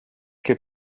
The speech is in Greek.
και